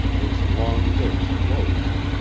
its long lids closed,